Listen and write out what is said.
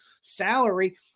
salary